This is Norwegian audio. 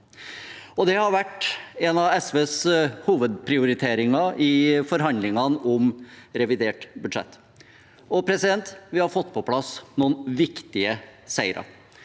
Det har vært en av SVs hovedprioriteringer i forhandlingene om revidert budsjett, og vi har fått på plass noen viktige seire.